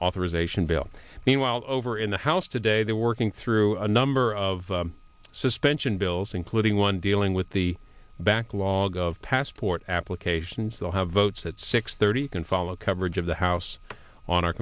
authorization bill meanwhile over in the house today they're working through a number of suspension bills including one dealing with the backlog of passport applications they'll have votes at six thirty can follow coverage of the house on our